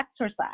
exercise